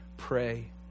pray